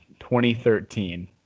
2013